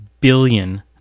billion